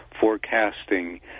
forecasting